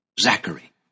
Zachary